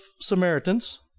Samaritans